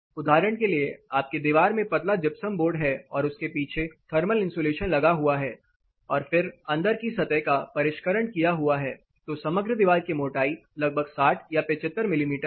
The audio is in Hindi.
उदाहरण के लिए आपकी दीवार में पतला जिप्सम बोर्ड है और उसके पीछे थर्मल इंसुलेशन लगा हुआ है और फिर अंदर की सतह का परिष्करण किया हुआ है तो समग्र दीवार की मोटाई लगभग 60 या 75 मिमी है